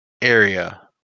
area